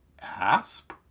Asp